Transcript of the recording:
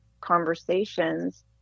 conversations